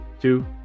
Two